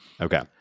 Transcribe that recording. Okay